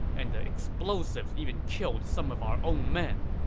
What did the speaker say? and the explosives even killed some of our own men.